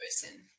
person